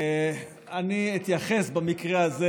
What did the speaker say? אני אתייחס במקרה הזה,